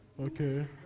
Okay